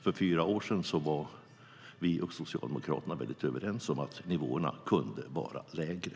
För fyra år sedan var vi och Socialdemokraterna överens om att nivåerna kunde vara lägre.